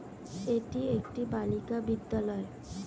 এটি একটি বালিকা বিদ্যালয়